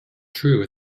true